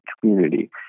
community